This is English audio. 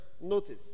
notice